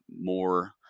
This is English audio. more